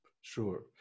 Sure